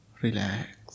relax